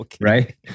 right